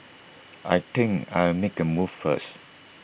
I think I'll make A move first